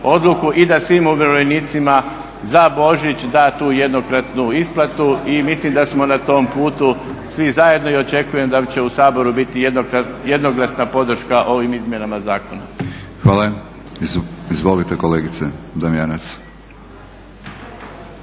i da svim umirovljenicima za Božić da tu jednokratnu isplatu i mislim da smo na tom putu svi zajedno i očekujem da će u Saboru biti jednoglasna podrška ovim izmjenama zakona. **Batinić, Milorad (HNS)** Hvala. Izvolite kolegice Damjanac.